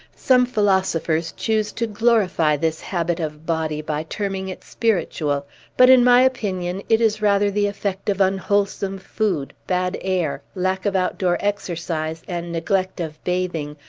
some philosophers choose to glorify this habit of body by terming it spiritual but, in my opinion, it is rather the effect of unwholesome food, bad air, lack of outdoor exercise, and neglect of bathing,